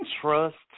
Trust